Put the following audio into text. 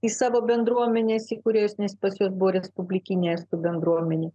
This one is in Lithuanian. į savo bendruomenes nes pas juos buvo respublikinė estų bendruomenę